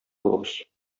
булыгыз